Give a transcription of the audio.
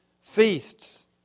feasts